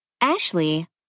Ashley